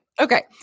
Okay